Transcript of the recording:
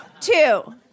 Two